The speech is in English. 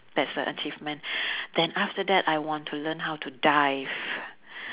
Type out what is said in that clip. that's an achievement then after that I want to learn how to dive